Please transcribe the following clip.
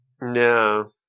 No